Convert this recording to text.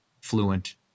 fluent